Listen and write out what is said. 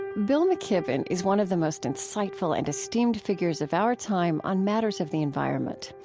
bill mckibben is one of the most insightful and esteemed figures of our time on matters of the environment.